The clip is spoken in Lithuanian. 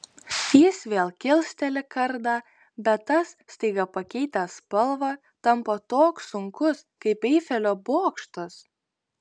jis vėl kilsteli kardą bet tas staiga pakeitęs spalvą tampa toks sunkus kaip eifelio bokštas